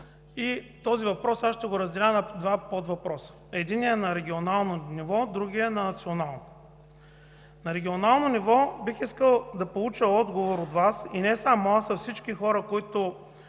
Този въпрос ще го разделя на два подвъпроса – единия на регионално ниво, другия на национално. На регионално ниво бих искал да получа отговор от Вас, и не само аз, а всички хора, които